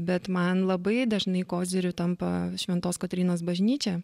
bet man labai dažnai koziriu tampa šventos kotrynos bažnyčia